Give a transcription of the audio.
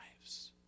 lives